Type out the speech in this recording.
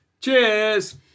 Cheers